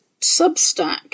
Substack